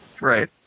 Right